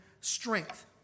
strength